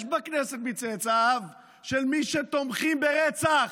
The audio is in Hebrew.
יש בכנסת מצאצאיו של מי שתומכים ברצח: